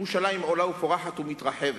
ירושלים עולה ופורחת ומתרחבת,